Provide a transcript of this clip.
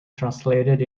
translated